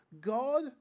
God